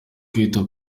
kwita